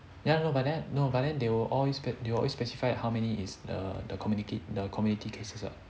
ya no but then no but then they will al~ they'll always specify how many is the the community community case one ah